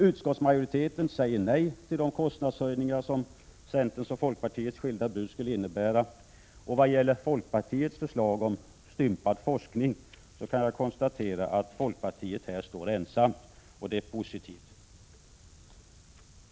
Utskottsmajoriteten säger nej till de kostnadshöjningar som centerns och folkpartiets skilda bud skulle innebära. I vad gäller folkpartiets förslag om stympad forskning kan jag konstatera att folkpartiet står ensamt. Det är positivt.